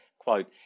quote